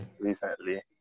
recently